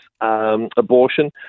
abortion